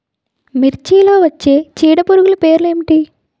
మిర్చిలో వచ్చే చీడపురుగులు పేర్లు ఏమిటి?